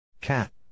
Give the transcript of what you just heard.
Cat